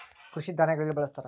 ಕೃಷಿ ಧಾನ್ಯಗಳಲ್ಲಿ ಬಳ್ಸತಾರ